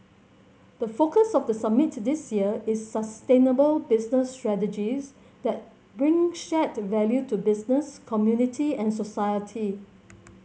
the focus of the summit this year is sustainable business strategies that bring shared value to business community and society